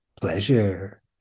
pleasure